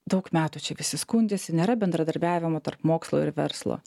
daug metų čia visi skundėsi nėra bendradarbiavimo tarp mokslo ir verslo